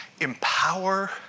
empower